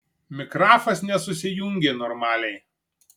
mikrafas nesusijungė normaliai